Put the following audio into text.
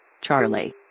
charlie